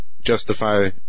justify